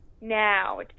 now